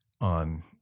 on